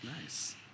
Nice